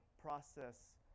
process